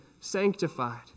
sanctified